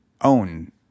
own